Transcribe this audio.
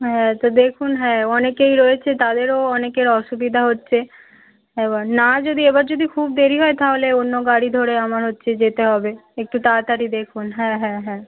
হ্যাঁ তো দেখুন হ্যাঁ অনেকেই রয়েছে তাদেরও অনেকের অসুবিধা হচ্ছে এবার না যদি এবার যদি খুব দেরি হয় তাহলে অন্য গাড়ি ধরে আমার হচ্ছে যেতে হবে একটু তাড়াতাড়ি দেখুন হ্যাঁ হ্যাঁ হ্যাঁ